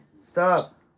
stop